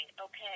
okay